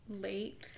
late